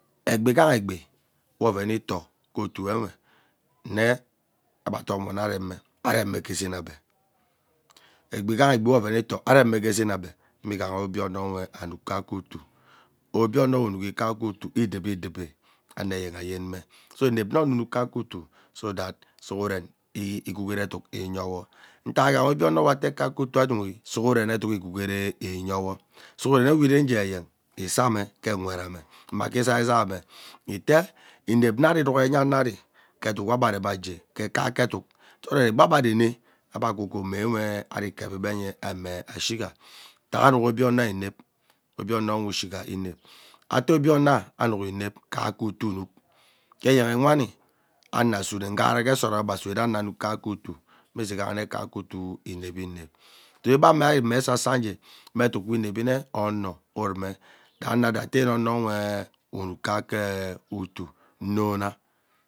Egbi igha egbi we oven itoo mme ebe adom wo nne areme areme gee zeen ebe egbi ighaha egbi we oven itoo aremi gee zeen ebe mme ighaha obio nwe anuk kaeke utuu obie ono we umukhi kaeke utuu ideve ideve ano eyen ayeme so inep mme ono unuk jaeke utuu so that sughwem ee egwugwure eduk enyewo ntak ighaha abio ono we ite kaeke utum anuhi sughurem ewe ireje eyen isama ke nwet me nna gee izai zai ebe ite inep ana ari inug enya ano ari ke eduk we ebe anuma gee ke kaeke eduk so that egbe ebe arene ebe kwuu ke omo wwe ari kevi abe nyee ame ashiga ntak anukhi abie anowe inep obie ono nwe ishigh imep atee obie onna anukhi inep kaeke utum unuk ke eyenhe nwani ano asume nghagera nghara gee sora be asune ane ano anuk imisuo ighahane utuu inevi inep ebema imme esasa ngee me eduk we inevi nne ono ureme ruamo ado ate onowee unuk kaeke utuu mmona.